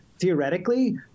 Theoretically